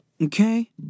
Okay